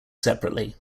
separately